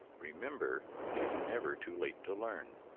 remember it is never too late to learn.